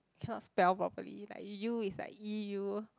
cannot spell properly like you is like E_U